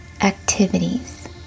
activities